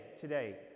today